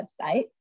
website